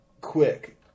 quick